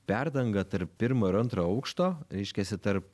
perdanga tarp pirmo ir antro aukšto reiškiasi tarp